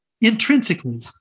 intrinsically